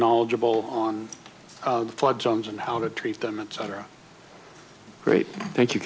knowledgeable on the flood zones and how to treat them and cetera great thank you